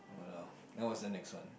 ya lor then what's the next one